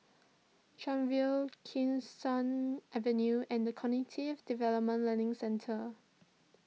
Chuan View Kee Sun Avenue and the Cognitive Development Learning Centre